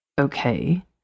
Okay